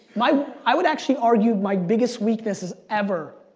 my, i would actually argue, my biggest weakness is, ever,